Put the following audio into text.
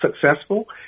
successful